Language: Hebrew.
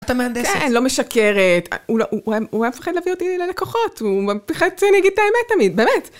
את המהנדסת. כן, לא משקרת, הוא היה מפחד להביא אותי ללקוחות, הוא חצי נגיד את האמת תמיד, באמת.